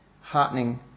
heartening